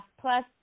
Plus